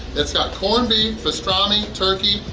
it's got corned beef, pastrami, turkey,